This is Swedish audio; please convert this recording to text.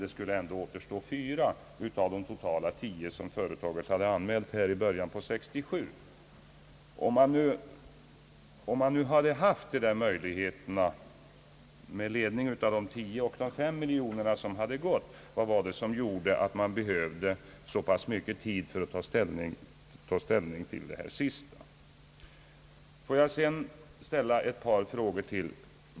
Det skulle då ändå återstå 4 miljoner kronor av de totala 10 miljoner kronor som företaget hade anmält behov av i början av 1967. Vad var det som gjorde att man, trots att man hade ledning av de undersökningar som måste ha föregått de 10 miljoner kronor och de 5 miljoner kronor som tidigare utlånats, behövde så lång tid för att ta ställning till det sista kravet? Jag ställer ytterligare några frågor.